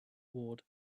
ward